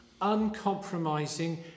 uncompromising